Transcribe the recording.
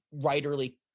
writerly